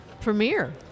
premiere